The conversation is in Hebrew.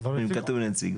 נקבעו לפי פקודה זו.